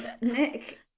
Nick